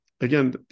Again